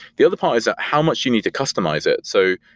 the other part is that how much you need to customize it. so,